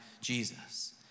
Jesus